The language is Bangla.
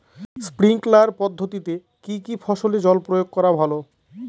স্প্রিঙ্কলার পদ্ধতিতে কি কী ফসলে জল প্রয়োগ করা ভালো?